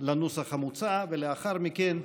לנוסח המוצע, לאחר מכן,